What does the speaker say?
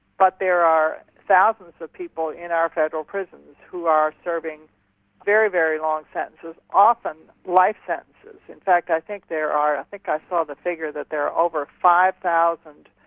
but there are thousands of people in our federal prisons who are serving very, very long sentences, often life sentences. in fact i think there are i ah think i saw the figure that there are over five thousand